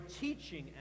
teaching